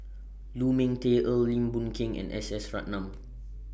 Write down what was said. Lu Ming Teh Earl Lim Boon Keng and S S Ratnam